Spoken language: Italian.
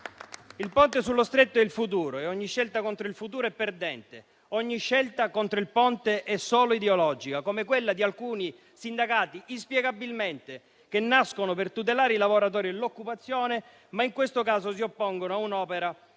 Il Ponte sullo Stretto è il futuro e ogni scelta contro il futuro è perdente. Ogni scelta contro il Ponte è solo ideologica, come quella inspiegabile di alcuni sindacati, che nascono per tutelare i lavoratori e l'occupazione, ma in questo caso si oppongono a un'opera